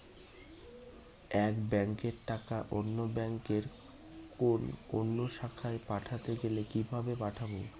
এক ব্যাংকের টাকা অন্য ব্যাংকের কোন অন্য শাখায় পাঠাতে গেলে কিভাবে পাঠাবো?